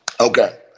Okay